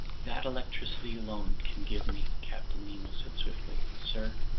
that electricity alone can give me, captain nemo said swiftly. sir,